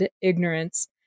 ignorance